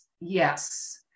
Yes